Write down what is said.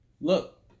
look